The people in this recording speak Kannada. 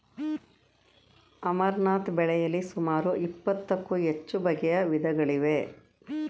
ಅಮರ್ನಾಥ್ ಬೆಳೆಯಲಿ ಸುಮಾರು ಇಪ್ಪತ್ತಕ್ಕೂ ಹೆಚ್ಚುನ ಬಗೆಯ ವಿಧಗಳಿವೆ